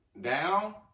down